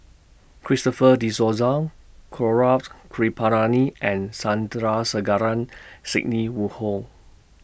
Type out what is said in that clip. Christopher De Souza Gaurav Kripalani and Sandrasegaran Sidney Woodhull